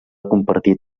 compartir